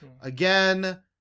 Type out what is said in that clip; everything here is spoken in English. again